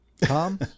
Tom